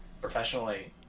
professionally